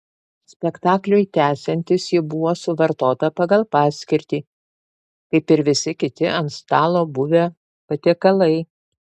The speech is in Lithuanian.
spektakliui tęsiantis ji buvo suvartota pagal paskirtį kaip ir visi kiti ant stalo buvę patiekalai